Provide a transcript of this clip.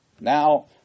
now